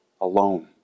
Alone